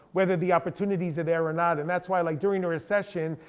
whether the opportunities are there or not. and that's why i like during the recession,